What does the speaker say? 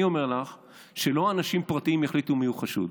אני אומר לך שלא אנשים פרטיים יחליטו מיהו חשוד.